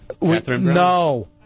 no